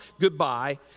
goodbye